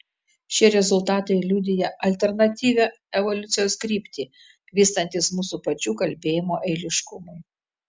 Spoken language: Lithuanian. šie rezultatai liudija alternatyvią evoliucijos kryptį vystantis mūsų pačių kalbėjimo eiliškumui